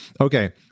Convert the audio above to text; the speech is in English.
Okay